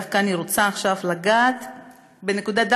ואני דווקא רוצה עכשיו לגעת בנקודה,